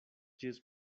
ĝis